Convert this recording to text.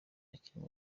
akiri